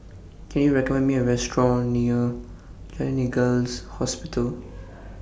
Can YOU recommend Me A Restaurant near Gleneagles Hospital